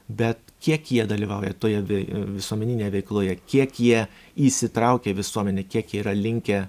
bet kiek jie dalyvauja toje vi visuomeninėje veikloje kiek jie įsitraukia į visuomenę kiek yra linkę